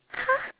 !huh!